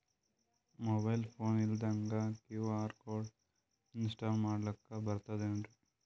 Mobile phone ಇಲ್ದಂಗ QR code install ಮಾಡ್ಲಕ ಬರ್ತದೇನ್ರಿ?